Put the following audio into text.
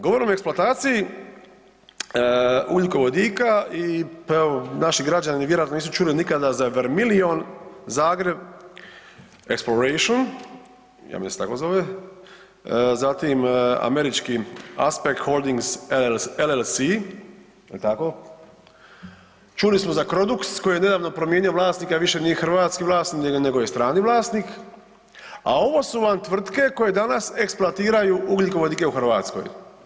Govorimo o eksploataciji ugljikovodika, pa evo, naš rađani vjerojatno nisu čuli nikada za Vermilion Zagreb Exploration, ja mislim da se tako zove, zatim američki Aspect Holdings LLC, jel tako, čuli smo za Crodux koji je neavno promijenio vlasnika i više nije hrvatski vlasnik nego je strani vlasnik a ovo su vam tvrtke koje danas eksploatiraju ugljikovodike u Hrvatskoj.